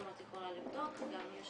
אם את יכולה לבדוק, גם יש